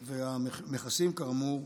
והמכסים יורדים, כאמור.